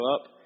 up